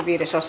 asia